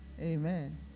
Amen